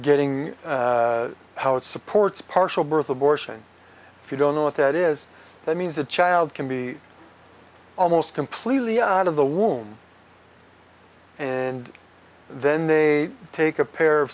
getting how it supports partial birth abortion if you don't know what that is that means a child can be almost completely out of the womb and then they take a pair of